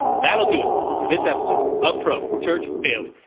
that'll do it for this episode of pro church daily.